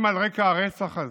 אם על רקע הרצח הזה,